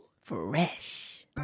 Fresh